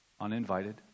uninvited